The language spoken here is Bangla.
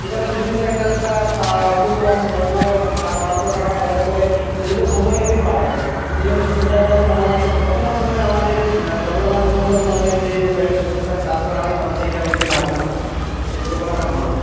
এছাড়া শুষনি শাকের চাষটা খুব কম অল্প অল্প টাকা খরচ করে দীর্ঘ সময়ব্যাপী পাওয়া যায় সেই জন্য শুষনি শাকটা মনে হচ্ছে বর্তমান সময়ে আমাদের চন্দকোণা দু নম্বর ব্লকে যে যে জায়গায় শুশুনি শাক চাষ করা হয় মনে হচ্ছে এইটা বেশী লাভজনক শস্য বলে আমার মনে হয়